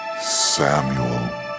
Samuel